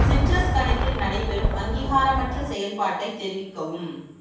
citrus கணக்கில் நடைபெறும் அங்கீகாரமற்ற செயல்பாட்டை தெரிவிக்கவும்